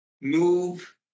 move